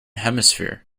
hemisphere